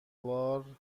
بار